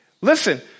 Listen